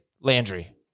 Landry